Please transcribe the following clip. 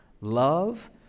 love